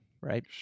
Right